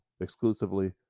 exclusively